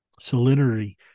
salinity